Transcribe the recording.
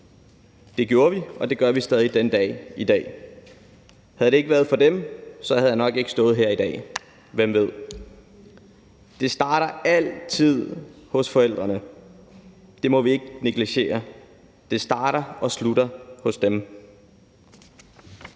Det gjorde vi, og det gør vi stadig den dag i dag. Havde det ikke været for dem, havde jeg nok ikke stået her i dag – hvem ved. Det starter altid hos forældrene. Det må vi ikke negligere. Det starter og slutter hos dem.